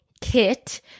kit